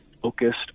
Focused